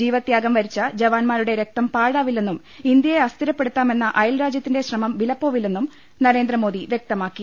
ജീവത്യാഗം വരിച്ച ജവാൻമാരുടെ രക്തം പാഴാവില്ലെന്നും ഇന്ത്യയെ അസ്ഥിരപ്പെടുത്താമെന്ന അയൽരാജ്യത്തിന്റെ ശ്രമം വിലപ്പോവില്ലെന്നും നരേന്ദ്രമോദി വൃക്തമാക്കി